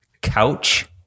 Couch